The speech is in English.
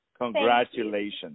Congratulations